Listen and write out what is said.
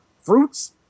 fruits